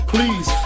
Please